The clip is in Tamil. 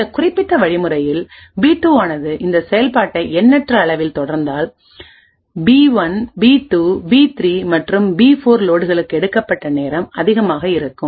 இந்த குறிப்பிட்ட வழிமுறையில் பி2வானதுஇந்த செயல்பாட்டை எண்ணற்ற அளவில் தொடர்ந்தால் பி1 பி2 பி3 மற்றும் பி4லோட்களுக்கு எடுக்கப்பட்ட நேரம் அதிகமாக இருக்கும்